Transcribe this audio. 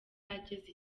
ageze